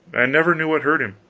and never knew what hurt him.